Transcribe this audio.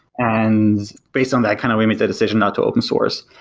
and based on that, kind of we made the decision not to open source.